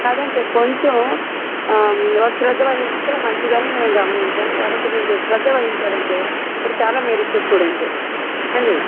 కాదండి కొంచం వాడు శ్రద్ధ వహిస్తే మంచిదని నేను గమనించాను కాబట్టి కొంచెం శ్రద్ధ వహించారంటే వాడు చాలా మెరిట్ స్టూడెంట్ ఏండీ